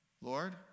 Lord